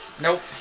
Nope